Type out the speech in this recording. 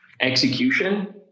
execution